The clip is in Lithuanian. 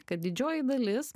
kad didžioji dalis